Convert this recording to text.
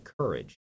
courage